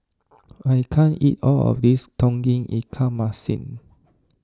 I can't eat all of this Tauge Ikan Masin